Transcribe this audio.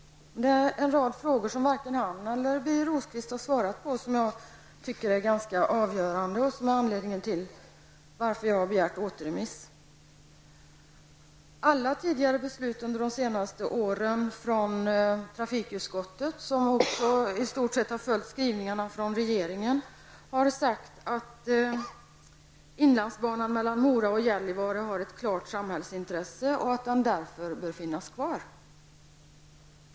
Det finns en rad frågor som varken Rolf Clarkson eller Birger Rosqvist har svarat på och som jag tycker är ganska avgörande i detta sammanhang. Det är också dessa frågor som är anledningen till att jag har begärt återremiss. Alla tidigare ställningstaganden under de senaste åren i trafikutskottet, som i stort sett har följt regeringens skrivningar, har gått ut på att inlandsbanan mellan Mora och Gällivare har ett klart samhällsintresse och att den därför bör finnas kvar.